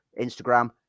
Instagram